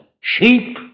Sheep